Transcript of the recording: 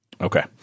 Okay